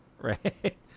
right